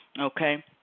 Okay